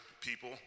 people